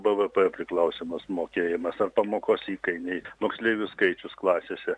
bvp priklausomas mokėjimas ar pamokos įkainiai moksleivių skaičius klasėse